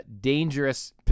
dangerous